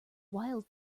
wild